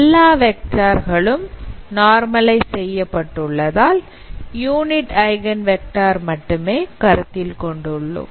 எல்லா வெக்டார் களும் நார்மல்ஐஸ் செய்யப்பட்டுள்ளதால் யூனிட் ஐகன் வெக்டார் மட்டுமே கருத்தில் கொண்டு உள்ளோம்